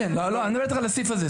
אני מדבר איתך על הסעיף הזה,